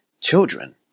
children